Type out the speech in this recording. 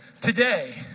Today